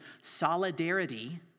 solidarity